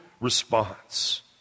response